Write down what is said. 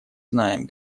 знаем